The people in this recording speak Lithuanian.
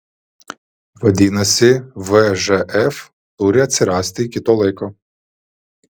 vadinasi vžf turi atsirasti iki to laiko